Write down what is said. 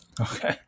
okay